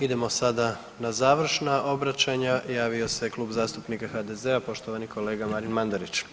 Idemo sada na završna obraćanja, javio se Klub zastupnika HDZ-a, poštovani kolega Marin Mandarić.